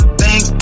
bank